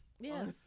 Yes